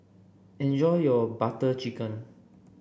enjoy your Butter Chicken